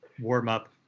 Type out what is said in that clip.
warm-up